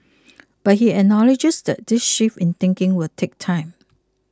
but he acknowledges that this shift in thinking will take time